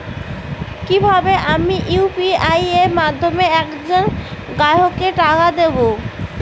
কিভাবে আমি ইউ.পি.আই এর মাধ্যমে এক জন গ্রাহককে টাকা দেবো?